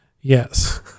Yes